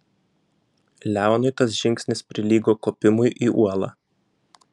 leonui tas žingsnis prilygo kopimui į uolą